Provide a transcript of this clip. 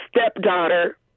stepdaughter